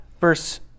Verse